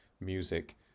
music